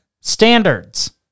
standards